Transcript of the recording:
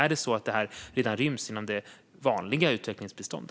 Ryms det här redan inom det vanliga utvecklingsbiståndet?